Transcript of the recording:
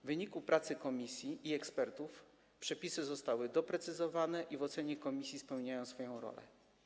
W wyniku pracy komisji i ekspertów przepisy zostały doprecyzowane i w ocenie komisji spełniają swoją rolę.